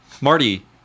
Marty